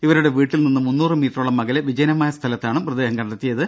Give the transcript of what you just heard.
ഇവരുടെ വീട്ടിൽ നിന്ന് മുന്നൂറ് മീറ്ററോളം അകലെ വിജനമായ സ്ഥലത്താണ് മൃതദേഹം കണ്ടെത്തിയത്